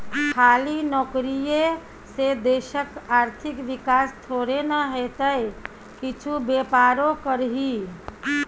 खाली नौकरीये से देशक आर्थिक विकास थोड़े न हेतै किछु बेपारो करही